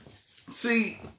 see